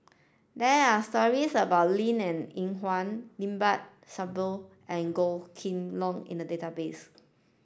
there are stories about Linn In Hua Limat Sabtu and Goh Kheng Long in the database